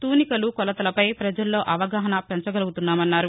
తూనికలు కొలతలపై ప్రజల్లో అవగాహన పెంచగలుగుతున్నామన్నారు